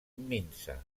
minsa